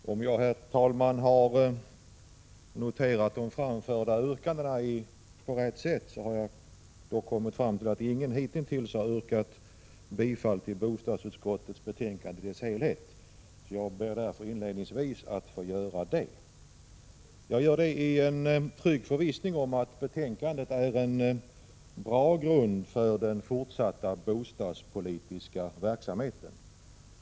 Herr talman! Om jag har noterat de framförda yrkandena på rätt sätt, har ingen hitintills yrkat bifall till bostadsutskottets hemställan i dess helhet, så jag ber att få göra detta inledningsvis. Jag gör det i den trygga förvissningen att betänkandet är en bra utgångspunkt för den fortsatta bostadspolitiska verksamheten.